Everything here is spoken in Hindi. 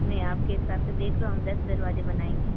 नहीं आपके हिसाब से देख लो हम दस दरवाजे बनाएंगे